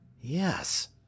Yes